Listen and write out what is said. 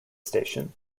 station